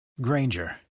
Granger